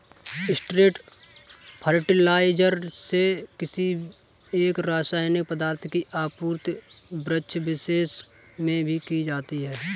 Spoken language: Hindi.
स्ट्रेट फर्टिलाइजर से किसी एक रसायनिक पदार्थ की आपूर्ति वृक्षविशेष में की जाती है